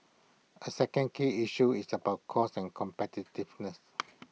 A second key issue is about costs and competitiveness